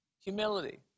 humility